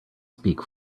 speak